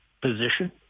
position